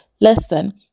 listen